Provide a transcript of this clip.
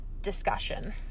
discussion